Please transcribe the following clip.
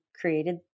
created